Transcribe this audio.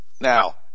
Now